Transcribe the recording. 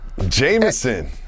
Jameson